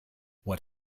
what